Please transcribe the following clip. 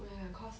oh ya cause